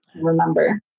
remember